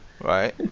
right